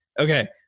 okay